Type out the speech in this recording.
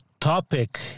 topic